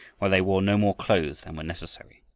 while they wore no more clothes than were necessary.